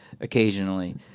occasionally